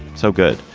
so good.